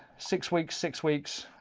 six weeks, six weeks,